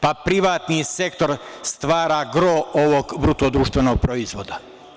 Pa, privatni sektor stvara gro ovog bruto-društvenog proizvoda.